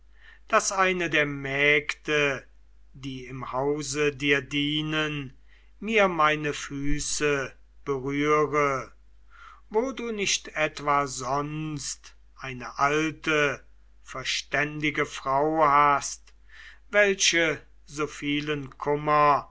daß eine der mägde die im hause dir dienen mir meine füße berühre wo du nicht etwa sonst eine alte verständige frau hast welche so vielen kummer